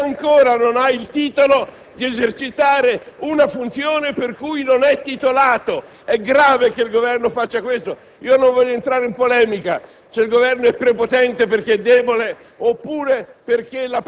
Non è lecito che si possa consentire a chi ancora non ha titolo per farlo di esercitare una funzione per cui non è titolato; è grave che il Governo faccia questo. Non voglio entrare nella polemica